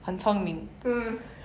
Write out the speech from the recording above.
hmm